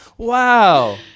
Wow